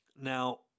Now